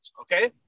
Okay